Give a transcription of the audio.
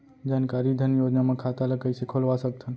जानकारी धन योजना म खाता ल कइसे खोलवा सकथन?